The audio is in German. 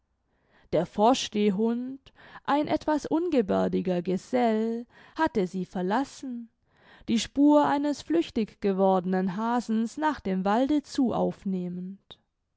der vorstehhund ein etwas ungeberdiger gesell hatte sie verlassen die spur eines flüchtig gewordenen hasens nach dem walde zu aufnehmend